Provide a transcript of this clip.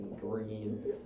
green